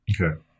Okay